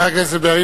חבר הכנסת בן-ארי,